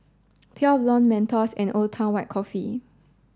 Pure Blonde Mentos and Old Town White Coffee